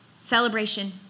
celebration